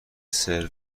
سرو